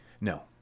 No